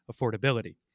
affordability